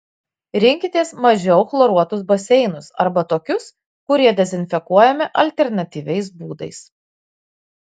rinkitės mažiau chloruotus baseinus arba tokius kurie dezinfekuojami alternatyviais būdais